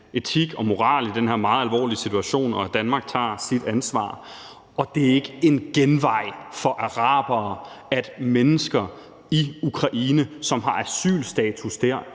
etik og moral i den her meget alvorlige situation, og til at Danmark tager sit ansvar. Og det er ikke en genvej for arabere, at mennesker i Ukraine, som har asylstatus dér,